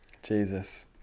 Jesus